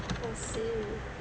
I see